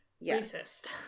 Yes